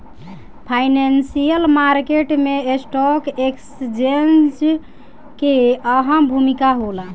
financial market में stock exchange के अहम भूमिका होला